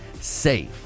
safe